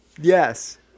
Yes